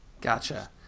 Gotcha